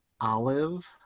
Olive